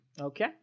okay